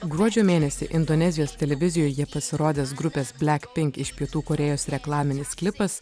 gruodžio mėnesį indonezijos televizijoje pasirodęs grupės blak pink iš pietų korėjos reklaminis klipas